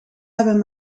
hebben